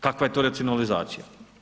Kakva je to racionalizacija?